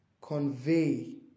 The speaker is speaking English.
convey